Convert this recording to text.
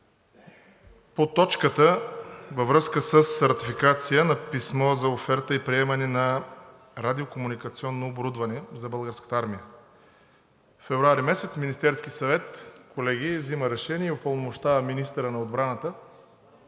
По точката във връзка с ратификация на писмо за оферта и приемане на радио-комуникационно оборудване за Българската армия, февруари месец Министерският съвет, колеги, взима решение и упълномощава министъра на отбраната